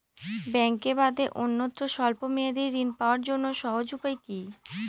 ব্যাঙ্কে বাদে অন্যত্র স্বল্প মেয়াদি ঋণ পাওয়ার জন্য সহজ উপায় কি?